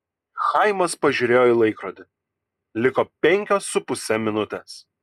chaimas pažiūrėjo į laikrodį liko penkios su puse minutės